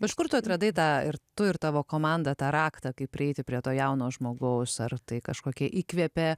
kažkur tu atradai tą ir tu ir tavo komanda tą raktą kaip prieiti prie to jauno žmogaus ar tai kažkokie įkvepia